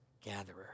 gatherer